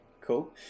Cool